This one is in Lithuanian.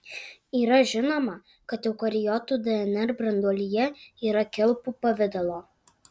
yra žinoma kad eukariotų dnr branduolyje yra kilpų pavidalo